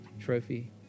trophy